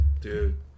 dude